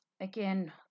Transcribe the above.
again